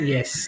Yes